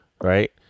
right